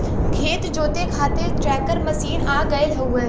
खेत जोते खातिर ट्रैकर मशीन आ गयल हउवे